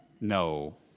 No